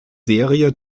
serie